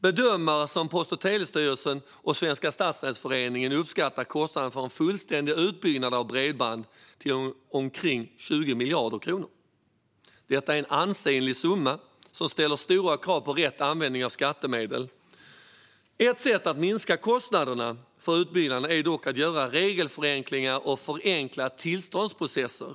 Bedömare som Post och telestyrelsen och Svenska stadsnätsföreningen uppskattar kostnaden för en fullständig utbyggnad av bredband till omkring 20 miljarder kronor. Detta är en ansenlig summa som ställer stora krav på rätt användning av skattemedel. Ett sätt att minska kostnaderna för utbyggnaden är dock att införa regelförenklingar och att förenkla tillståndsprocesser.